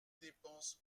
dépenses